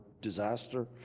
disaster